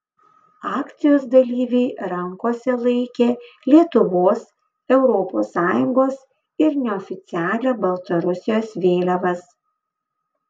akcijos dalyviai rankose laikė lietuvos europos sąjungos ir neoficialią baltarusijos vėliavas